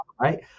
right